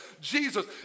Jesus